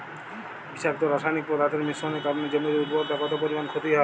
বিষাক্ত রাসায়নিক পদার্থের মিশ্রণের কারণে জমির উর্বরতা কত পরিমাণ ক্ষতি হয়?